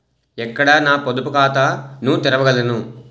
ఎక్కడ నా పొదుపు ఖాతాను తెరవగలను?